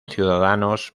ciudadanos